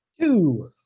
Two